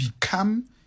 become